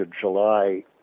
july